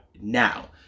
now